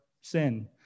sin